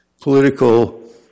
political